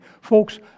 Folks